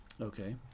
Okay